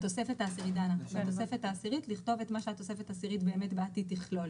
בתוספת העשירית לכתוב את מה שהתוספת העשירית באמת תכלול